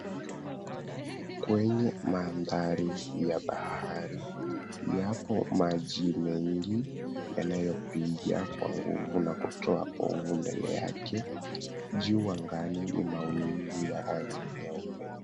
Kwenye mandhari ya bahari, yapo maji mengi yanayopiga kwa nguvu na kutoa povu mbele yake. Juu angani ni mawingu ya rangi nyeupe.